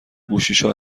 گوشیشو